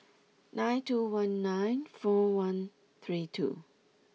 nine two one nine four one three two